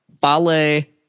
Ballet